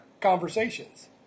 conversations